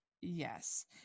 Yes